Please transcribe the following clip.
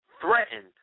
threatened